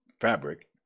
fabric